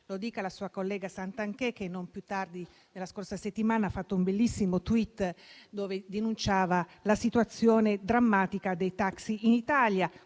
lo dica alla sua collega Santanchè, che non più tardi della scorsa settimana ha fatto un bellissimo *tweet* con cui denunciava la situazione drammatica dei taxi in Italia,